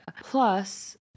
Plus